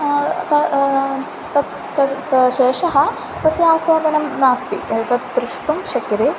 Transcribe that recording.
तत् तत् तत् शेषः तस्य आस्वादनं नास्ति एतत् द्रष्टुं शक्यते